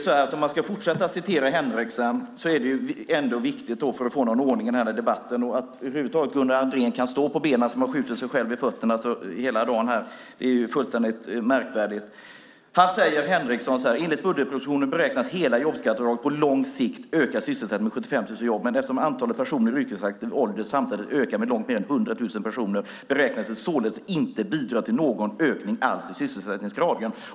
Jag ska fortsätta att citera Henrekson för att få någon ordning i den här debatten. Att Gunnar Andrén som har skjutit sig själv i fötterna hela dagen över huvud taget kan stå på benen är fullständigt märkligt. Henrekson säger: "Enligt budgetpropositionen beräknas hela jobbskatteavdraget på lång sikt öka sysselsättningen med 75 000 jobb, men eftersom antalet personer i yrkesaktiv ålder samtidigt ökar med långt mer än 100 000 personer beräknas det således inte bidra till någon ökning alls i sysselsättningsgraden."